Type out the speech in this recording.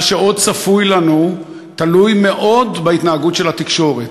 שעוד צפוי לנו תלויים מאוד בהתנהגות של התקשורת.